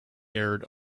aired